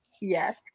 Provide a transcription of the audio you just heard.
Yes